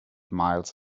miles